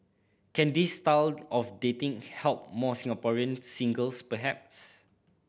can this style of dating help more Singaporean singles perhaps